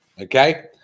okay